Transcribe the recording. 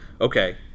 okay